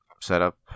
setup